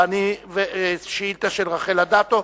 היא השאילתא של רחל אדטו.